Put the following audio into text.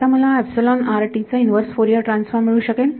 आता मला चा इनव्हर्स फोरियर ट्रान्सफॉर्म मिळू शकेल